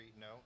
no